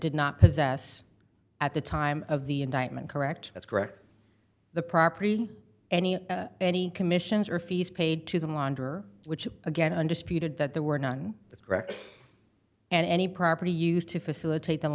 did not possess at the time of the indictment correct that's correct the property any any commissions or fees paid to them launder which again undisputed that there were none correct and any property used to facilitate the